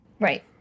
Right